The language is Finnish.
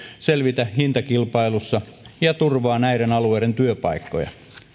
selvitä hintakilpailussa ja turvaa näiden alueiden työpaikkoja